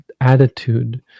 attitude